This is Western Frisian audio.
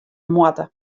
moatte